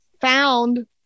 found